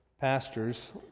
pastors